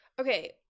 okay